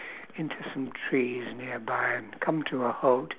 into some trees nearby and come to a halt